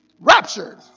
Raptured